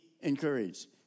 encouraged